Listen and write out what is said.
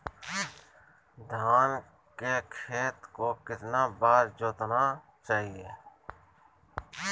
धान के खेत को कितना बार जोतना चाहिए?